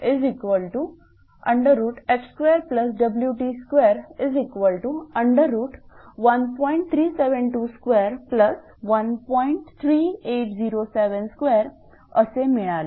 38072 असे मिळाले